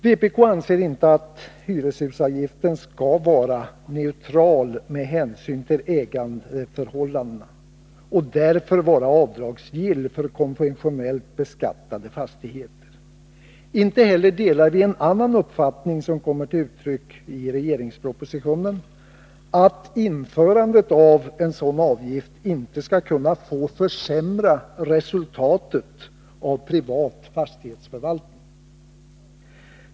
Vpk anser inte att hyreshusavgiften skall vara neutral med hänsyn till ägandeförhållandena och därför vara avdragsgill för konventionellt beskattade fastigheter. Inte heller delar vi en annan uppfattning som kommer till uttryck i propositionen, att införandet av en sådan avgift inte skall kunna få försämra resultatet av privat fastighetsförvaltning.